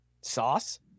Sauce